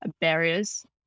barriers